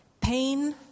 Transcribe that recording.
Pain